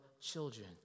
children